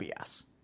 BS